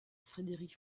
frédéric